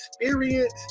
experience